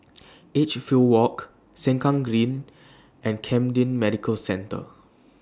Edgefield Walk Sengkang Green and Camden Medical Centre